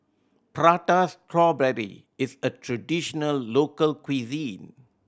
Prata Strawberry is a traditional local cuisine